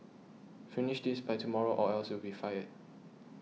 finish this by tomorrow or else you'll be fired